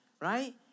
right